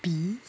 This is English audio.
bee